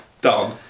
done